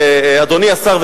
אדוני השר,